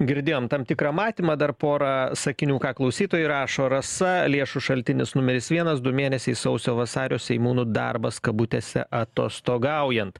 girdėjom tam tikrą matymą dar porą sakinių ką klausytojai rašo rasa lėšų šaltinis numeris vienas du mėnesiai sausio vasario seimūnų darbas kabutėse atostogaujant